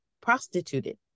prostituted